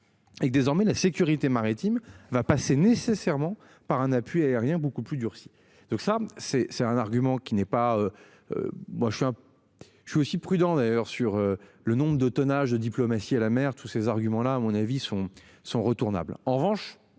mer. Avec désormais la sécurité maritime va passer nécessairement par un appui aérien beaucoup plus durci. Donc ça c'est, c'est un argument qui n'est pas. Moi je suis. Je suis aussi prudent d'ailleurs sur le nombre de tonnage de diplomatie et la mer, tous ces arguments-là à mon avis sont son retour Naples